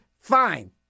fine